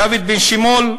דוד בן-שימול,